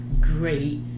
great